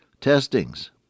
testings